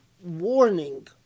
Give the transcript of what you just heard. warning